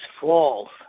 false